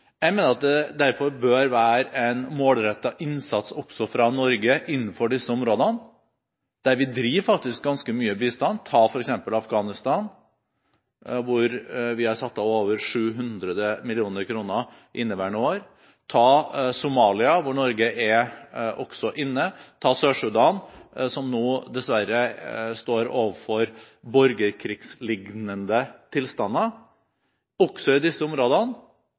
Jeg mener at det derfor bør være en målrettet innsats også fra Norge innenfor disse områdene der vi faktisk driver ganske mye bistand, ta f.eks. Afghanistan, hvor vi har satt av over 700 mill. kr inneværende år – ta Somalia, hvor Norge også er inne, ta Sør-Sudan, som nå dessverre står overfor borgerkrigslignende tilstander. Også i disse områdene